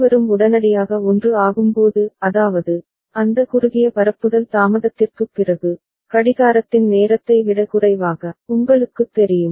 இருவரும் உடனடியாக 1 ஆகும்போது அதாவது அந்த குறுகிய பரப்புதல் தாமதத்திற்குப் பிறகு கடிகாரத்தின் நேரத்தை விட குறைவாக உங்களுக்குத் தெரியும்